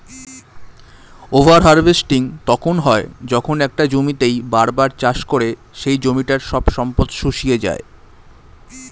over harvesting তখন হয় যখন একটা জমিতেই বার বার চাষ করে সেই জমিটার সব সম্পদ শুষিয়ে যায়